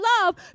love